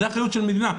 זה אחריות של מדינה.